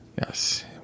Yes